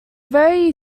very